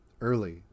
early